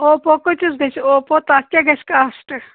Oppo کۭتِس گژھ Oppo تتھ کیٛاہ گژھِ کاسٹ